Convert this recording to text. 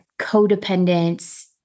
codependence